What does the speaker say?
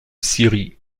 syrie